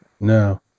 No